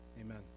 Amen